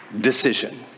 decision